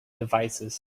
devices